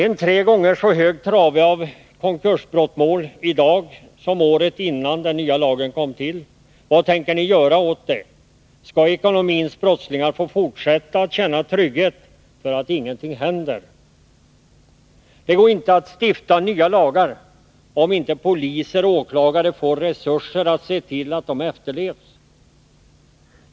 En tre gånger så hög trave av konkursbrottmål i dag som året innan den nya lagen kom till — vad tänker ni göra åt detta? Skall ekonomins brottslingar få fortsätta att känna trygghet därför att ingenting händer? Det går inte att stifta nya lagar, om inte poliser och åklagare får resurser att se till att de efterlevs.